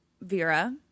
Vera